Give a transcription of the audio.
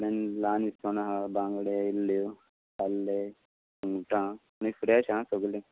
आमच्या कडेन ल्हान इस्वण आसा बांगडे एल्ल्यो ताल्ले सुंगटां आनी फ्रॅश हां सगलीं